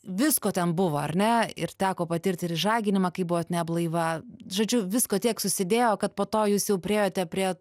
visko ten buvo ar ne ir teko patirti ir išžaginimą kai buvot ne blaiva žodžiu visko tiek susidėjo kad po to jūs jau priėjote prie